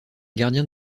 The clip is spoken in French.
gardiens